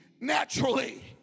naturally